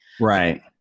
Right